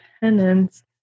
penance